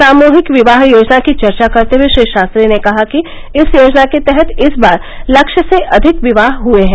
सामूहिक विवाह योजना की चर्चा करते हुये श्री शास्त्री ने कहा कि इस योजना के तहत इस बार लक्ष्य से अधिक विवाह हुये हैं